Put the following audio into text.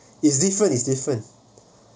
is different is different